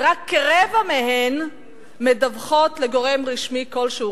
ורק כרבע מהן מדווחות לגורם רשמי כלשהו,